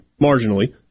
marginally